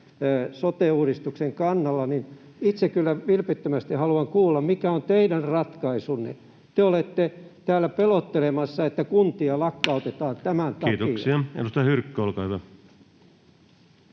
sote-uudistuksen kannalla, niin itse kyllä vilpittömästi haluan kuulla, mikä on teidän ratkaisunne. Te olette täällä pelottelemassa, että kuntia lakkautetaan tämän takia.